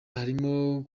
harimo